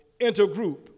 intergroup